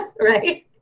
right